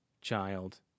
child